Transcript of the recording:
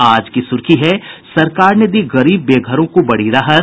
आज की सुर्खी है सरकार ने दी गरीब बेघरों को बड़ी राहत